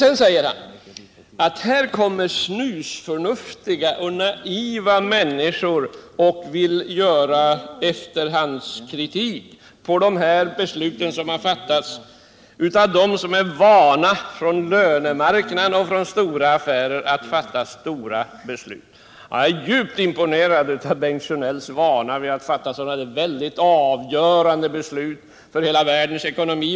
Sedan säger herr Sjönell: Här kommer snusförnuftiga och naiva människor och vill göra efterhandskritik på dessa beslut, som har fattats av dem som är vana från lönemarknaden och från stora affärer att fatta stora beslutl Jag är djupt imponerad av Bengt Sjönells vana vid att fatta avgörande beslut. Det måste väl gälla hela världens ekonomi!